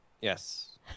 Yes